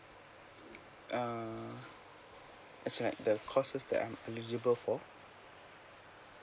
uh it's like the course is that eligible for